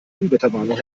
unwetterwarnung